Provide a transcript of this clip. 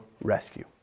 rescue